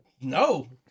no